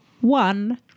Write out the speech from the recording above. one